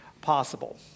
possible